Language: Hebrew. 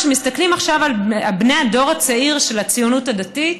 כשמסתכלים עכשיו על בני הדור הצעיר של הציונות הדתית,